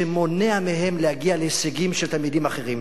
שמונע מהם להגיע להישגים של תלמידים אחרים.